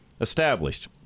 Established